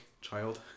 child